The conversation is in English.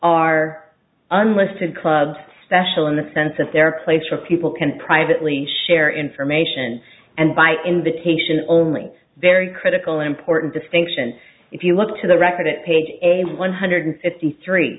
are unlisted clubs special in the sense that their place where people can privately share information and by invitation only very critical important distinction if you look to the record it paid a one hundred fifty three